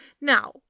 now